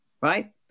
right